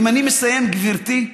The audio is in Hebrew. אני מסיים, גברתי,